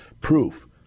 proof